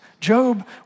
Job